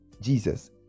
Jesus